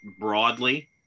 broadly